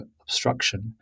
obstruction